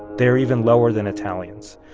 they are even lower than italians.